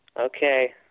Okay